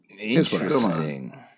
Interesting